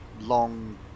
long